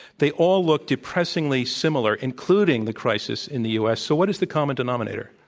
they all look depressingly similar, including the crisis in the u. s. so what is the common denominator?